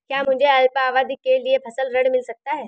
क्या मुझे अल्पावधि के लिए फसल ऋण मिल सकता है?